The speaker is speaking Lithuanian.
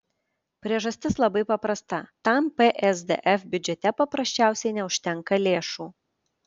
priežastis labai paprasta tam psdf biudžete paprasčiausiai neužtenka lėšų